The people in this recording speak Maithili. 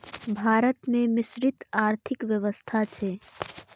भारत मे मिश्रित आर्थिक व्यवस्था छै